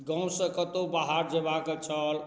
गाँवसँ कतहुँ बाहर जयबाक छल